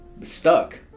Stuck